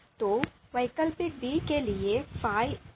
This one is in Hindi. तो alternative बी के लिए fi है